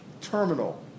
terminal